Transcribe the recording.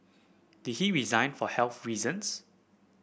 did he resign for health reasons